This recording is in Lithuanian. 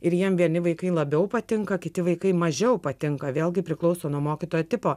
ir jiem vieni vaikai labiau patinka kiti vaikai mažiau patinka vėlgi priklauso nuo mokytojo tipo